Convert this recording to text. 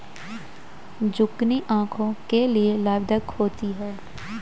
zucchini आंखों के लिए लाभदायक होती है